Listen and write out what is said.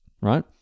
right